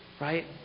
right